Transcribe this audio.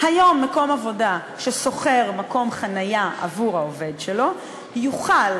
היום מקום עבודה ששוכר מקום חניה עבור העובד שלו יוכל,